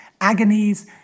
agonies